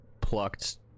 plucked